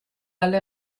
dalle